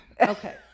Okay